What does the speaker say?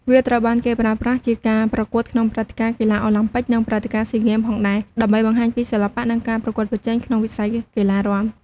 វាត្រូវបានគេប្រើប្រាស់ជាការប្រកួតក្នុងព្រឹត្តិការណ៍កីឡាអូឡាំពិក និងព្រឹត្តិការណ៍ស៊ីហ្គេមផងដែរ ដើម្បីបង្ហាញពីសិល្បៈ និងការប្រកួតប្រជែងក្នុងវិស័យកីឡារាំ។